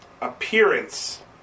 appearance